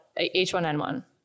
H1N1